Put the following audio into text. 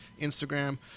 Instagram